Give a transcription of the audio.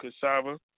cassava